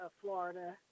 Florida